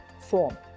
form